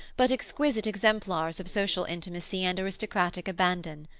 but exquisite exemplars of social intimacy and aristocratic abandon.